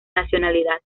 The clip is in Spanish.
nacionalidad